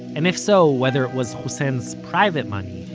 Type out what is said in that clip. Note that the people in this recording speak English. and if so, whether it was hussein's private money,